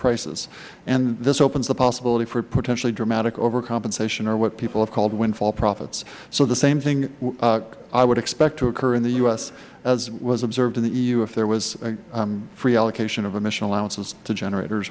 prices and this opens the possibility for potentially dramatic overcompensation or what people have called windfall profits so the same thing i would expect to occur in the u s as was observed in the eu if there was free allocation of emission allowances to generators